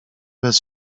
bez